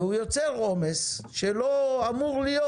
והוא יוצר עומס שלא אמור להיות.